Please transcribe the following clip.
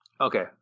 Okay